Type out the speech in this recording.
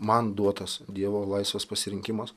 man duotas dievo laisvas pasirinkimas